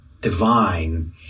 divine